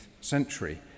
century